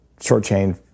short-chain